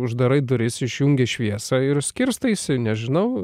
uždarai duris išjungi šviesą ir skirstaisi nežinau